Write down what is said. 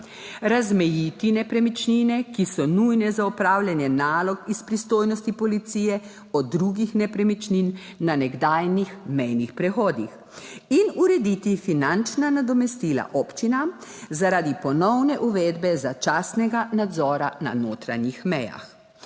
Razmejiti nepremičnine, ki so nujne za opravljanje nalog iz pristojnosti policije od drugih nepremičnin na nekdanjih mejnih prehodih in urediti finančna nadomestila občinam zaradi ponovne uvedbe začasnega nadzora na notranjih mejah.